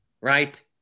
right